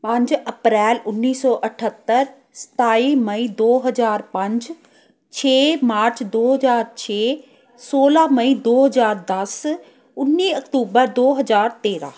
ਪੰਜ ਅਪ੍ਰੈਲ ਉੱਨੀ ਸੌ ਅਠੱਤਰ ਸਤਾਈ ਮਈ ਦੋ ਹਜ਼ਾਰ ਪੰਜ ਛੇ ਮਾਰਚ ਦੋ ਹਜ਼ਾਰ ਛੇ ਸੋਲ੍ਹਾਂ ਮਈ ਦੋ ਹਜ਼ਾਰ ਦੱਸ ਉੱਨੀ ਅਕਤੂਬਰ ਦੋ ਹਜ਼ਾਰ ਤੇਰਾਂ